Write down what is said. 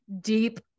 deep